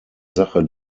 sache